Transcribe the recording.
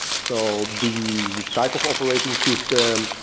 so the type of operating system,